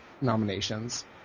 nominations